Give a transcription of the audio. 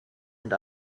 and